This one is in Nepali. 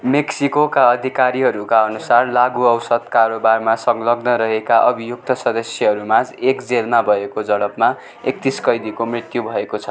मेक्सिकोका अधिकारीहरूका अनुसार लागु औषध कारोबारमा संलग्न रहेका अभियुक्त सदस्यहरूमाझ एक जेलमा भएको झडपमा एकतिस कैदीको मृत्यु भएको छ